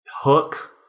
hook